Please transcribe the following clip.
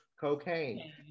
cocaine